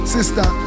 Sister